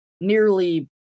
nearly